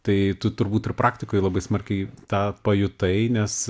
tai tu turbūt ir praktikoj labai smarkiai tą pajutai nes